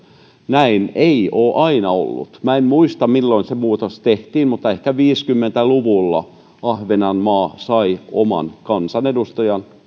näin ei ole aina ollut en muista milloin se muutos tehtiin mutta ehkä viisikymmentä luvulla ahvenanmaa sai oman kansanedustajansa